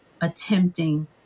attempting